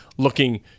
looking